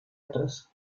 otros